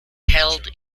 held